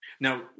Now